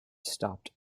stopped